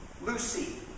Lucy